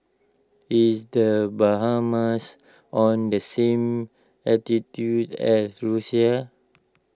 is the Bahamas on the same latitude as Russia